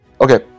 Okay